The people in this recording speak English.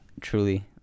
truly